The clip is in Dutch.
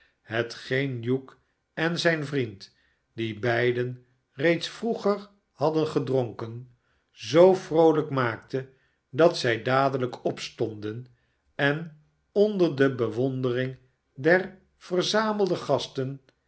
hetgeen hugh en zijn vriend die beiden reeds vroeger hadden gedronken zoo vroolijk maakte dat zij dadelijk opstonden en onder de bewondering der verzamelde gasten